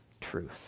truth